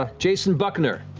ah jason buckner.